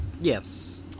Yes